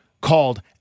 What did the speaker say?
called